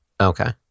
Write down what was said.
Okay